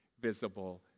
visible